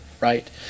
Right